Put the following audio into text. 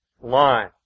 line